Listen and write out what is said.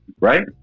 Right